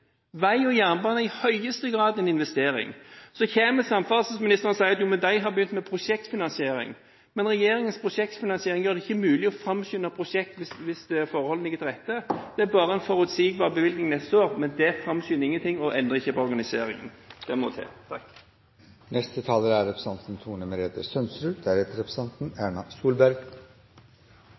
vei og jernbane bare er utgifter, ikke investering? Vei og jernbane er i høyeste grad en investering. Så kommer samferdselsministeren og sier at jo, men de har begynt med prosjektfinansiering. Regjeringens prosjektfinansiering gjør det ikke mulig å framskynde prosjekt hvis forholdene ligger til rette. Det er bare en forutsigbar bevilgning neste år, men det framskynder ingenting og endrer ikke på organiseringen. Det må til.